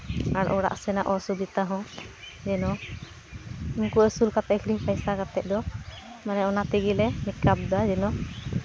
ᱟᱨ ᱚᱲᱟᱜ ᱥᱮᱱᱟᱜ ᱚᱥᱩᱵᱤᱛᱟ ᱦᱚᱸ ᱡᱮᱱᱚ ᱩᱱᱠᱩ ᱟᱹᱥᱩᱞ ᱠᱟᱛᱮ ᱜᱮᱞᱮ ᱯᱚᱭᱥᱟ ᱠᱟᱛᱮᱫ ᱢᱟᱱᱮ ᱚᱱᱟ ᱛᱮᱜᱮ ᱞᱮ ᱢᱮᱠᱟᱯ ᱮᱫᱟ ᱡᱮᱱᱚ